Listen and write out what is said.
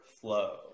flow